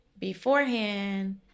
beforehand